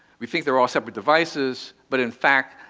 we think they're all separate devices, but in fact,